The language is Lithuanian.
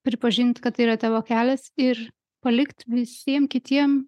pripažint kad tai yra tavo kelias ir palikt visiem kitiem